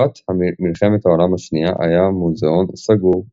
בתקופת מלחמת העולם השנייה היה המוזיאון סגור.